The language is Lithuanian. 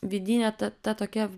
vidinė ta ta tokia